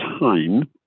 time